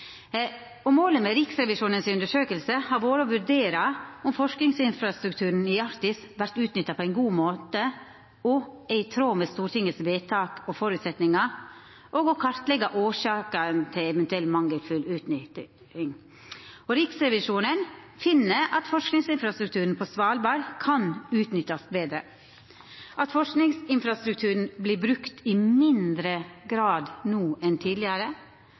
Og målet med Riksrevisjonen si undersøking har vore å vurdera om forskingsinfrastrukturen i Arktis vert utnytta på ein god måte og er i tråd med Stortingets vedtak og føresetnader, og å kartleggja årsakene til ei eventuell mangelfull utnytting. Riksrevisjonen fann at forskingsinfrastrukturen på Svalbard kan utnyttast betre, at forskingsinfrastrukturen vert brukt i mindre grad no enn tidlegare,